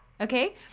okay